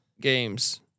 games